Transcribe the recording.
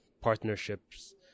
partnerships